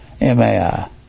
M-A-I